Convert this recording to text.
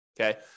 okay